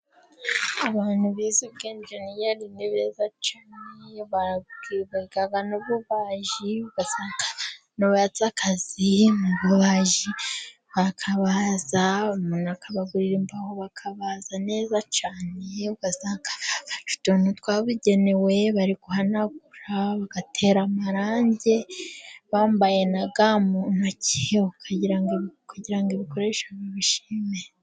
Abantu bize ubwenjeniyeri ni beza cyane babwiga n'ububaji ugasanga abantu baste akazi, mububaji kabaza, umuntu akabagurira imbaho bakabaza neza cyane, bakabaza utuntu twabugenewe bari guhanagura, bagatera amarangi, bambaye naga mu ntoki ukagira kugira ibikoresho babishime.